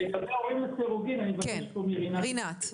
לגבי הורים לסירוגין, אני מבקש פה מרינת לדבר.